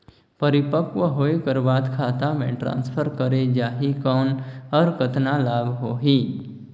परिपक्व होय कर बाद खाता मे ट्रांसफर करे जा ही कौन और कतना लाभ होही?